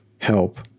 help